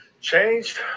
changed